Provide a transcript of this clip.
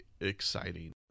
exciting